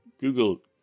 Google